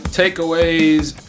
takeaways